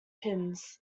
pins